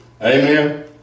Amen